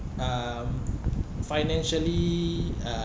um financially